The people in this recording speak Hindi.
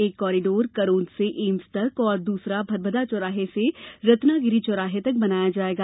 एक कॉरीडोर करोंद से एम्स तक और दूसरा भदभदा चौराहे से रत्नागिरि चौराहे तक बनाया जायेगा